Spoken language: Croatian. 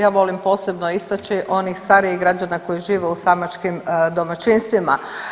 Ja volim posebno istaći, onih starijih građana koji žive u samačkim domaćinstvima.